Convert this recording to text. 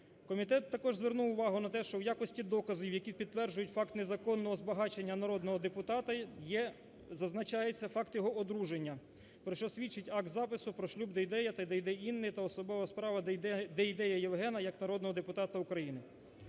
Комітет також звернув увагу на те, що в якості доказів, які підтверджують факт незаконного збагачення народного депутата є, зазначається факт його одруження, про що свідчить акт запису про шлюб Дейдея та Дейдей Інни та особова справа Дейдея Євгена як народного депутата України.